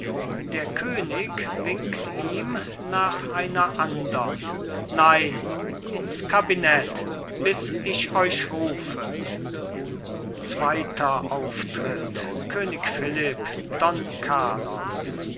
der könig winkt ihm nach einer andern nein ins kabinett bis ich euch rufe zweiter auftritt könig philipp don carlos